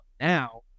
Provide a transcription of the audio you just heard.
now